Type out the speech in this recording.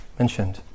mentioned